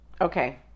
Okay